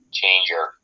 changer